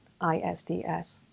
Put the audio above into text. ISDS